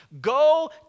go